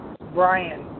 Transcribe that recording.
Brian